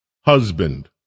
husband